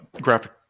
graphic